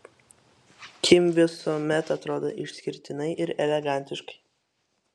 kim visuomet atrodo išskirtinai ir elegantiškai